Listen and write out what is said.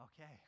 Okay